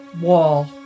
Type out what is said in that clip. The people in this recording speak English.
wall